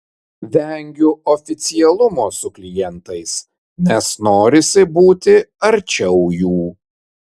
vengiu oficialumo su klientais nes norisi būti arčiau jų